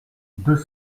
deux